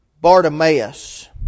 Bartimaeus